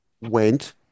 went